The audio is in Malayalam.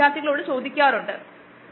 അത് ഒരു ആശയം നമുക്ക് തരും